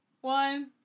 one